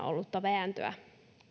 ollutta vääntöä